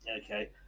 Okay